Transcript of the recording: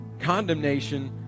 Condemnation